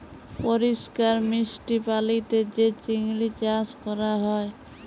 পরিষ্কার মিষ্টি পালিতে যে চিংড়ি চাস ক্যরা হ্যয়